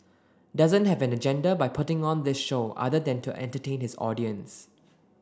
doesn't have an agenda by putting on this show other than to entertain his audience